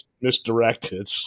misdirected